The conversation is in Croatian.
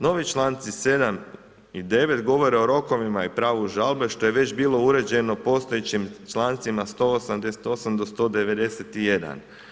Novi članci 7. i 9. govore o rokovima i pravu žalbe što je već bilo uređeno postojećim člancima 188. do 191.